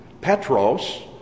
Petros